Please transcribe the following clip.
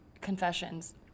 confessions